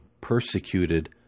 persecuted